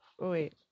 wait